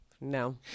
No